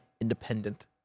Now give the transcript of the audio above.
independent